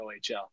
OHL